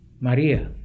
Maria